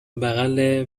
بغل